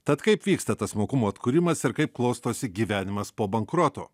tad kaip vyksta tas mokumo atkūrimas ir kaip klostosi gyvenimas po bankroto